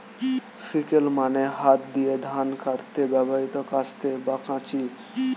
sickle মানে হাত দিয়ে ধান কাটতে ব্যবহৃত কাস্তে বা কাঁচি